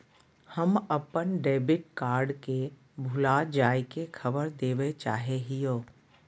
हम अप्पन debit card के भुला जाये के खबर देवे चाहे हियो